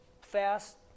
fast